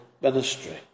ministry